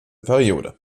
periode